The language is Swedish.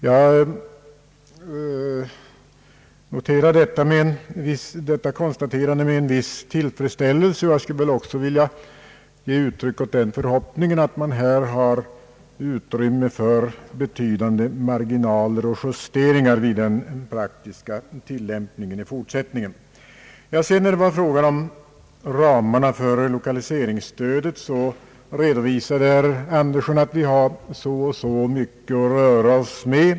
Jag noterar detta med en viss tillfredsställelse. Jag skulle också vilja uttrycka den förhoppningen att man här har utrymme för betydande marginaler och justeringar vid den praktiska tillämpningen i fortsättningen. När det sedan var fråga om ramarna för lokaliseringsstödet redovisade herr Andersson att vi har så och så mycket att röra oss med.